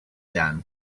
done